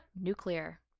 nuclear